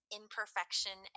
imperfection